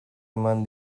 eman